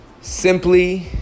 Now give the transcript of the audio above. simply